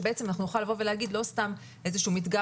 שבעצם נוכל לבוא ולהגיד לא סתם איזשהו מדגם